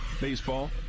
baseball